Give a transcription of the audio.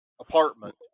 apartment